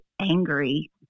angry